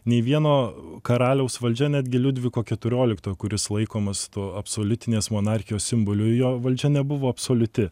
nei vieno karaliaus valdžia netgi liudviko keturioliktojo kuris laikomas tuo absoliutinės monarchijos simboliu jo valdžia nebuvo absoliuti